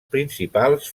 principals